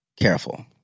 careful